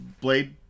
Blade